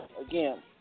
again